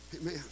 Amen